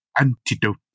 antidote